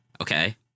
Okay